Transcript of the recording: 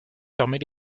permet